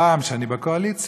הפעם, כשאני בקואליציה,